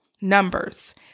numbers